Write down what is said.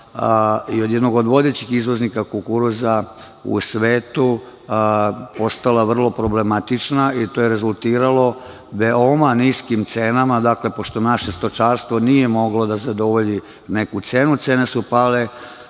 i od jednog od vodećih izvoznika kukuruza u svetu postala vrlo problematična i to je rezultiralo veoma niskim cenama. Pošto naše stočarstvo nije moglo da zadovolji neku cenu, cene su pale